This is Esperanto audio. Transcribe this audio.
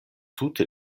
tute